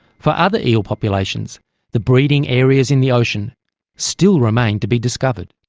for other eel populations the breeding areas in the ocean still remain to be discovered.